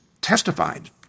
testified